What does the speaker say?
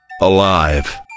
alive